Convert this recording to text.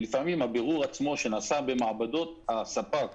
ולפעמים הבירור עצמו שנעשה במעבדות הספק